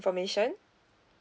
information